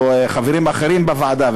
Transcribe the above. או חברים אחרים בוועדה,